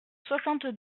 soixante